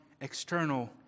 external